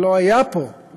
ולא היה פה,